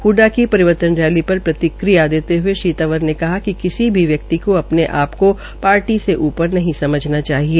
हडडा की परिवर्तन रैली पर प्रतिक्रिया देते हये श्री तंवर परे कहा कि किसी भी व्यक्ति को अपने आप को पार्टी से ऊप्र नहीं समझना चाहिए